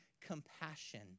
compassion